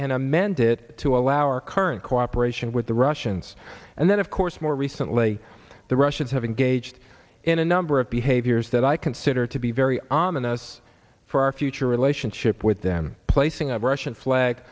and amend it to allow our current cooperation with the russians and then of course more recently the russians have engaged in a number of behaviors that i consider to be very ominous for our future relationship with them placing a russian flag